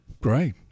Great